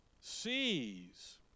sees